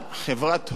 חברת "הוט",